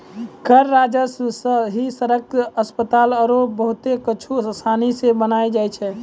कर राजस्व सं ही सड़क, अस्पताल आरो बहुते कुछु आसानी सं बानी जाय छै